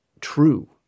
true